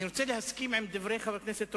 אני רוצה להסכים עם דברי חבר הכנסת רותם,